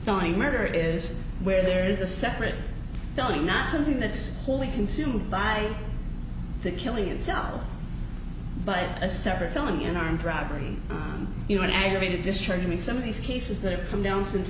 find murder is where there is a separate building not something that's wholly consumed by the killing itself but a separate felony an armed robbery you know an aggravated discharge me some of these cases that have come down since